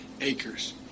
acres